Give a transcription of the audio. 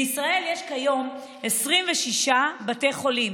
בישראל יש כיום 26 בתי חולים,